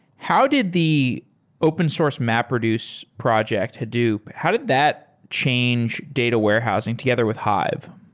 how did the open source mapreduce project, hadoop, how did that change data warehousing together with hive?